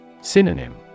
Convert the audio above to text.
Synonym